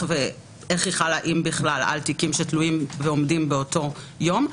איך היא חלה אם בכלל על תיקים שתלויים ועומדים באותו יום,